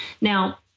Now